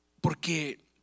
Porque